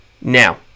Now